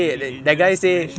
very dangerous man